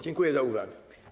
Dziękuję za uwagę.